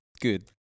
Good